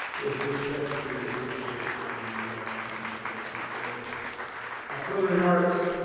i was just checking for your birth date on your but it's not there further remarks